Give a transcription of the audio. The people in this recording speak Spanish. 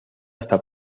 hasta